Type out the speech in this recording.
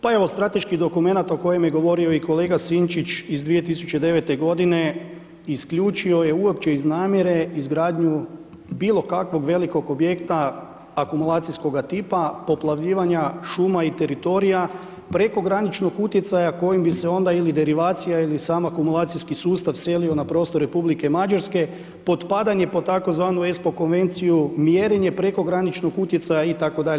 Pa evo, strateški dokumenat o kojemu je govorio i kolega Sinčić iz 2009. g. isključio je uopće iz namjere izgradnju bilo kakvog velikog objekta akumulacijskoga tipa, poplavljivanja šuma i teritorija, prekograničnog utjecaja, kojim bi se onda ili derivacija ili sam akumulacijski sustav selio na prostor Republike Mađarske, pod padanje pod tzv. Espo konvenciju mjerenje prekograničnog utjecaja, itd.